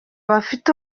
bafite